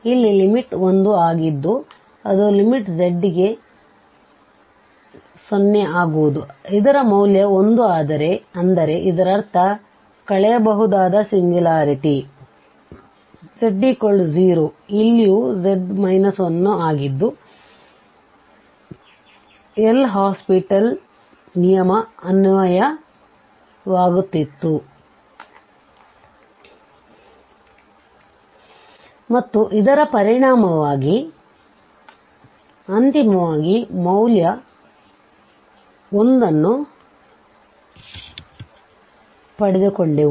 ಇಲ್ಲಿ ಲಿಮಿಟ್1 ಆಗಿದ್ದು ಅದು ಲಿಮಿಟ್ z ಗೆ 0 ಆಗುವುದು ಇದರ ಮೌಲ್ಯ 1 ಅಂದರೆ ಇದರರ್ಥ ಕಳೆಯಬಹುದಾದ ಸಿಂಗ್ಯುಲಾರಿಟಿ z 0 ಇಲ್ಲಿಯೂ z 1ಆಗಿದ್ದುಎ L ಹಾಸ್ಪಿಟಲ್ ನ LHospital ಅನ್ವಯವಾಗುತ್ತಿತ್ತು ಮತ್ತು ಇದರ ಪರಿಣಾಮವಾಗಿ ಅಂತಿಮವಾಗಿ ಮೌಲ್ಯ 1 ನ್ನು ಪಡೆದುಕೊಂಡೆವು